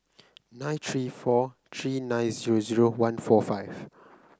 nine three four three nine zero zero one four five